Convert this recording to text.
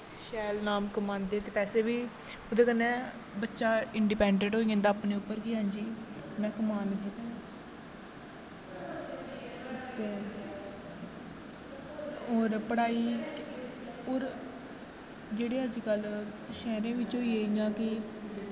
शैल नाम कमांदे ते पैसे बी ओह्दे कन्नै बच्चा इंडिपैंटट होई जंदा अपने उप्पर कि हां जी में कमान लग्गे दां ते होर पढ़ाई ते होर जेह्ड़े अज्ज कल शैह्रें बिच्च होई गे इ'यां कि